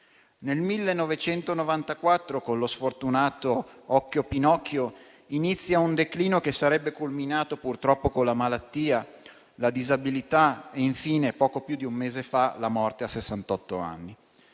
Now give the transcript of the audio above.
Nel 1994, con lo sfortunato "OcchioPinocchio", inizia un declino che sarebbe culminato, purtroppo, con la malattia, la disabilità, e infine, poco più di un mese fa, la morte a